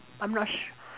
I'm not sure